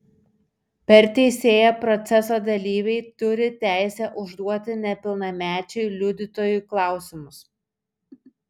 per teisėją proceso dalyviai turi teisę užduoti nepilnamečiui liudytojui klausimus